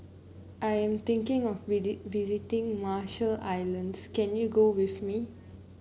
I'm thinking of visiting Marshall Islands can you go with me